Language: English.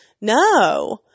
No